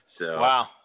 Wow